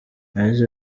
yagize